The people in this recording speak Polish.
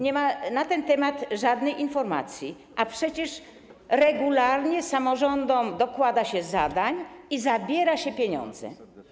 Nie ma na ten temat żadnej informacji, a przecież regularnie samorządom dokłada się zadań i zabiera się pieniądze.